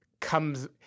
comes